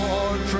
Lord